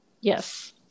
Yes